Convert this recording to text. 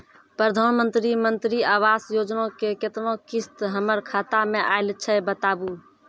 प्रधानमंत्री मंत्री आवास योजना के केतना किस्त हमर खाता मे आयल छै बताबू?